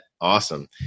Awesome